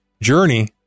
journey